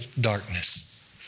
darkness